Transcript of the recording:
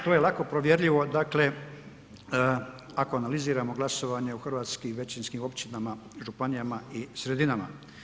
To je lako provjerljivo dakle ako analiziramo glasovanje u hrvatskim većinskim općinama, županijama i sredinama.